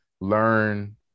learn